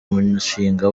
umushinga